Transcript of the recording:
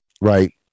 right